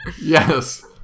yes